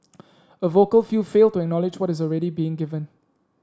a vocal few fail to acknowledge what is already being given